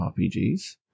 RPGs